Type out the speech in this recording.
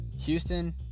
Houston